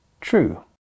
true